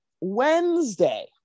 wednesday